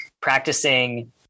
Practicing